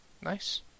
Nice